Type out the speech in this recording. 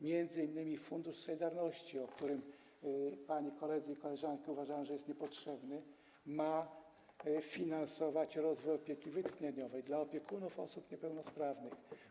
M.in. fundusz solidarności - pani koledzy i koleżanki uważają, że jest niepotrzebny - ma finansować rozwój opieki wytchnieniowej dla opiekunów osób niepełnosprawnych.